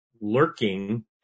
lurking